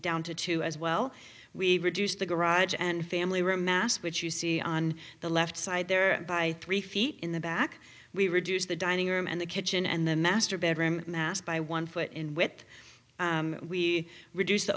down to two as well we've reduced the garage and family room mass which you see on the left side there by three feet in the back we reduce the dining room and the kitchen and the master bedroom mass by one foot in wit we reduce the